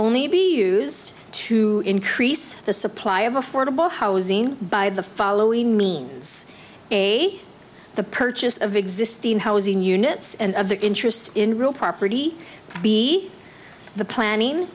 only be used to increase the supply of affordable housing by the following means a the purchase of existing housing units and of the interest in real property b the planning